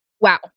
Wow